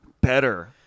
better